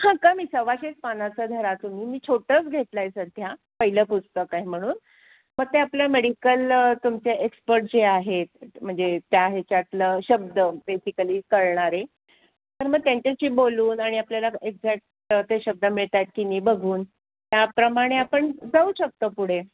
हां कमी सव्वाशेच पानांचं धरा तुम्ही मी छोटंच घेतलं आहे सध्या पहिलं पुस्तक आहे म्हणून मग ते आपलं मेडिकल तुमचे एक्सपर्ट जे आहेत म्हणजे त्या ह्याच्यातलं शब्द बेसिकली कळणारे तर मग त्यांच्याशी बोलून आणि आपल्याला एक्झॅक्ट ते शब्द मिळत आहेत की नाही बघून त्याप्रमाणे आपण जाऊ शकतो पुढे